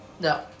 No